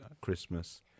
Christmas